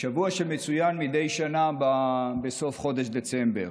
שבוע שמצוין מדי שנה בסוף חודש דצמבר.